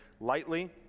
lightly